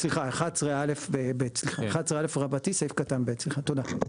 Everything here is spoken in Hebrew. אין הערות, נכון?